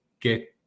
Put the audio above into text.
get